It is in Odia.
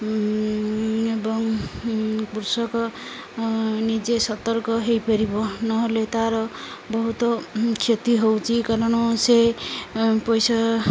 ଏବଂ କୃଷକ ନିଜେ ସତର୍କ ହେଇପାରିବ ନହେଲେ ତାର ବହୁତ କ୍ଷତି ହଉଛି କାରଣ ସେ ପଇସା